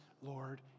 Lord